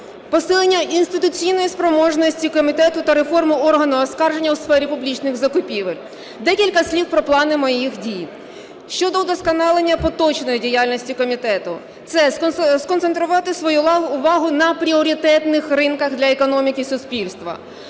посилення інституційної спроможності комітету та реформи органу оскарження у сфері публічних закупівель. Декілька слів про плани моїх дій. Щодо удосконалення поточної діяльності комітету. Це сконцентрувати свою увагу на пріоритетних ринках для економіки суспільства.